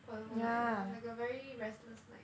for the whole night lor like a very restless night